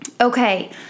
okay